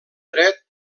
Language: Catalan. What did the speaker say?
dret